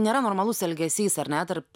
nėra normalus elgesys ar ne tarp